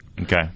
Okay